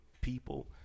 people